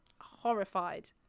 horrified